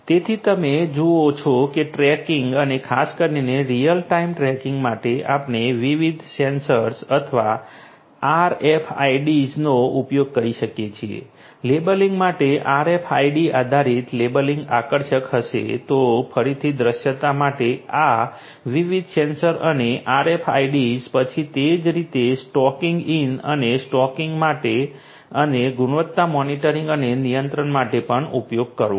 તેથી તમે જુઓ છો કે ટ્રેકિંગ અને ખાસ કરીને રીઅલ ટાઇમ ટ્રેકિંગ માટે આપણે વિવિધ સેન્સર્સ અથવા RFIDsનો ઉપયોગ કરી શકીએ છીએ લેબલિંગ માટે RFID આધારિત લેબલિંગ આકર્ષક હશે તો ફરીથી દૃશ્યતા માટે આ વિવિધ સેન્સર અને RFIDs પછી તે જ રીતે સ્ટોકિંગ ઇન અને સ્ટોકિંગ માટે અને ગુણવત્તા મોનિટરિંગ અને નિયંત્રણ માટે પણ ઉપયોગ કરવો